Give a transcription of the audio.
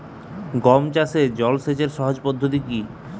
গম চাষে জল সেচের সহজ পদ্ধতি কি?